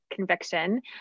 conviction